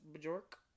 Bjork